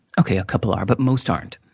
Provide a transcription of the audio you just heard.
okay, a couple are, but most aren't.